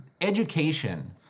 education